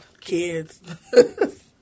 Kids